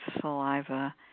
saliva